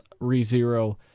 ReZero